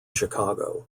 chicago